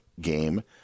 game